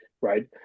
right